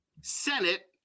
Senate